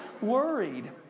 worried